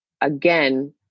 again